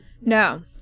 No